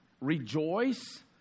rejoice